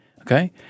Okay